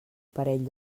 parell